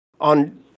on